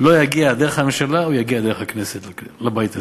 לא יגיע דרך הממשלה, הוא יגיע דרך הכנסת לבית הזה.